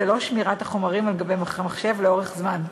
ללא שמירת החומרים על-גבי מחשב לאורך זמן.